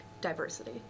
diversity